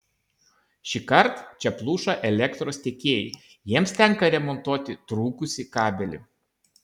šįkart čia pluša elektros tiekėjai jiems tenka remontuoti trūkusį kabelį